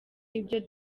ibyo